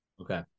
Okay